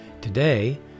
Today